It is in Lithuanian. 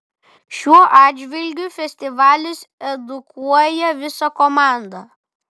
šiuo atžvilgiu festivalis edukuoja visą komandą